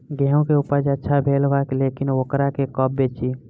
गेहूं के उपज अच्छा भेल बा लेकिन वोकरा के कब बेची?